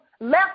left